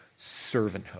servanthood